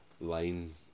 line